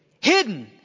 hidden